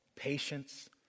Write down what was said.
Patience